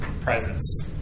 presence